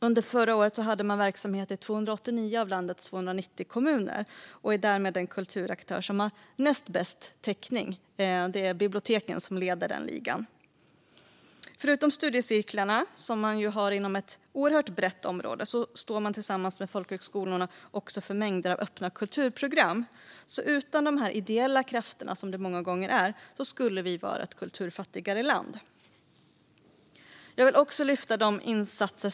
Under förra året hade man verksamhet i 289 av landets 290 kommuner och är därmed den kulturaktör som har näst bäst täckning; biblioteken leder den ligan. Förutom studiecirklarna, som man har inom ett enormt brett område, står man tillsammans med folkhögskolorna också för mängder av öppna kulturprogram. Utan de här ideella krafterna, som det många gånger är, skulle vi vara ett kulturfattigare land.